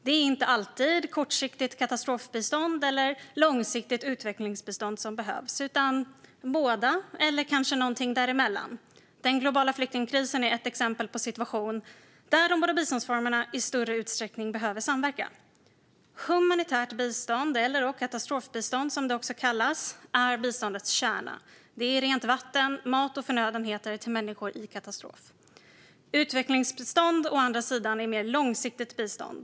Det är inte alltid kortsiktigt katastrofbistånd eller långsiktigt utvecklingsbistånd som behövs utan båda eller kanske någonting däremellan. Den globala flyktingkrisen är ett exempel på en situation där de båda biståndsformerna i större utsträckning behöver samverka. Humanitärt bistånd, eller katastrofbistånd som det också kallas, är biståndets kärna. Det är rent vatten, mat och förnödenheter till människor i katastrof. Utvecklingsbistånd å andra sidan är mer långsiktigt bistånd.